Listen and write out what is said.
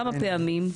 כמה פעמים?